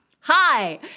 hi